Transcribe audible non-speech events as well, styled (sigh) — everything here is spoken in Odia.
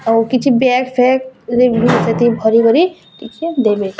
ଆଉ କିଛି ବ୍ୟାଗ ଫ୍ୟାଗ (unintelligible) ସେଥି ଭରି ଭରି ଟିକିଏ ଦେବେ